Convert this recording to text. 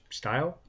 style